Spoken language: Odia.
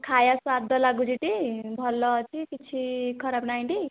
ଖାଇବା ସ୍ଵାଦ ଲାଗୁଛି ଟି ଭଲ ଅଛି କିଛି ଖରାପ ନାହିଁ ଟି